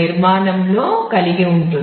నిర్మాణంలో కలిగి ఉంటుంది